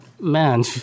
man